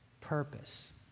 purpose